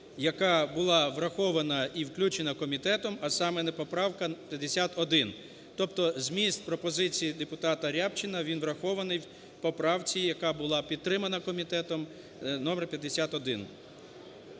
яка була врахована і включена комітетом, а саме поправка 51. Тобто зміст пропозиції депутата Рябчина він врахований в поправці, яка була підтримана комітетом номер 51.